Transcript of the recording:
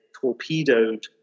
torpedoed